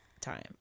time